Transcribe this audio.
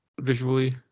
visually